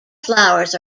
flowers